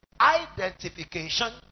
identification